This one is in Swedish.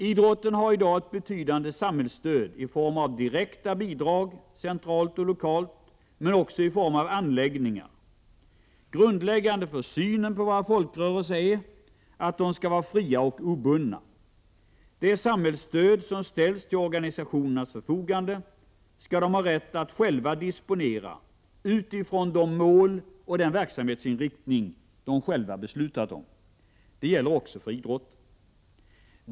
Idrotten har i dag ett betydande samhällsstöd i form av direkta bidrag — centralt och lokalt — men också i form av anläggningar. Grundläggande för synen på våra folkrörelser är att de skall vara fria och obundna. Det samhällsstöd som ställs till organisationernas förfogande skall de ha rätt att själva disponera utifrån de mål och den verksamhetsinriktning de själva beslutat om. Detta gäller också för idrotten.